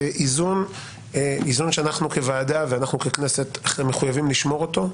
זה איזון שאנחנו כוועדה ואנחנו ככנסת מחויבים לשמור אותו.